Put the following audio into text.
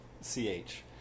C-H